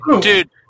Dude